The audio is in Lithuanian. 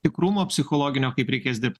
tikrumo psichologinio kaip reikės dirbt